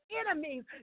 enemies